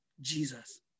Jesus